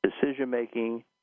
decision-making